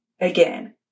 Again